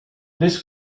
this